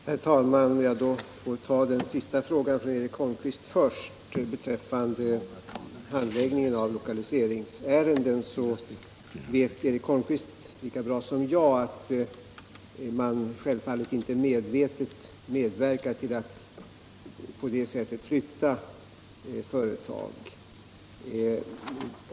Herr talman! Om jag får ta Eric Holmqvists senaste fråga först — beträffande handläggningen av lokaliseringsärenden — så vill jag säga att Eric Holmqvist vet lika bra som jag att man självfallet inte medvetet medverkar till att på det sättet flytta företag.